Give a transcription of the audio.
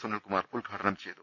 സുനിൽകുമാർ ഉദ്ഘാടനം ചെയ്തു